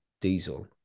diesel